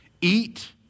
eat